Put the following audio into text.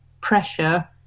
pressure